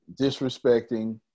disrespecting